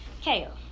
kale